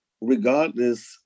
regardless